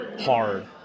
hard